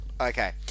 Okay